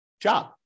job